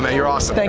um you're awesome.